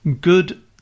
good